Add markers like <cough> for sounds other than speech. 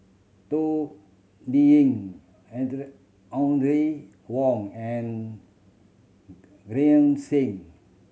Toh Liying <unintelligible> Audrey Wong and Green Zeng